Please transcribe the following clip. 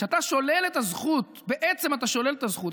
כשאתה שולל את הזכות, בעצם אתה שולל את הזכות.